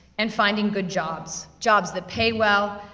and finding good jobs, jobs that pay well,